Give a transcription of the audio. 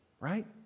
right